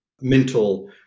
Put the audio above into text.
mental